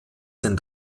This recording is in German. den